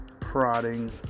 prodding